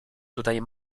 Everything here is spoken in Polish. tutaj